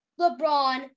LeBron